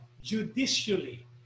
judicially